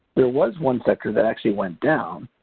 there was one sector that actually went down,